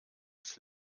als